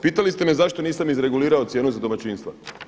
Pitali ste me zašto nisam izregulirao cijenu za domaćinstva.